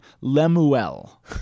Lemuel